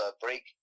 break